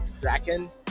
Draken